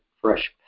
fresh